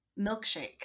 milkshake